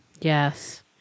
Yes